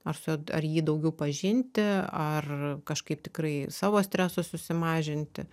ar su juo ar jį daugiau pažinti ar kažkaip tikrai savo streso susimažinti